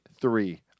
three